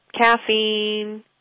caffeine